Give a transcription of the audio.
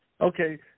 Okay